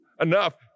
enough